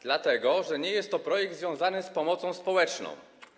Dlatego że nie jest to projekt związany z pomocą społeczną.